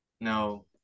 No